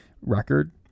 record